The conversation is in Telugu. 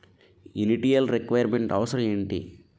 ఇనిటియల్ రిక్వైర్ మెంట్ అవసరం ఎంటి?